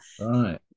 Right